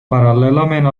paral·lelament